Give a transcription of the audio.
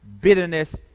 bitterness